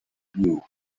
view